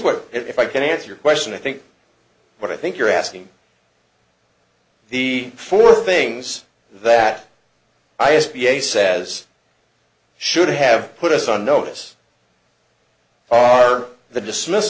what if i can answer your question i think what i think you're asking the four things that i used to be a says should have put us on notice are the dismiss